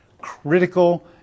critical